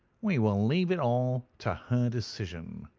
we will leave it all to her decision.